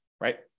right